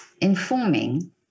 informing